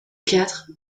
quatre